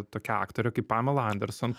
tokia aktorė kaip pamela anderson